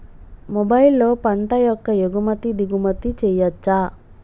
మొబైల్లో పంట యొక్క ఎగుమతి దిగుమతి చెయ్యచ్చా?